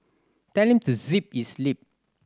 tell him to zip his lip